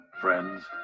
friends